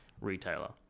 retailer